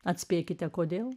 atspėkite kodėl